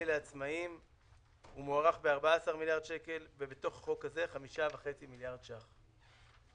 לעצמאים הוא מוערך ב-14 מיליארד שקל ובתוך החוק הזה 5.5 מיליארד שקל.